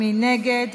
מי נגד?